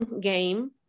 game